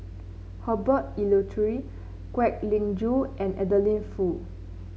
Herbert Eleuterio Kwek Leng Joo and Adeline Foo